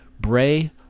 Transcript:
bray